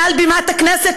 מעל בימת הכנסת,